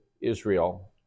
Israel